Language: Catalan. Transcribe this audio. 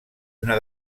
una